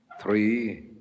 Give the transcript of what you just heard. three